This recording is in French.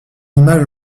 image